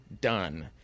done